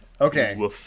Okay